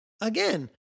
again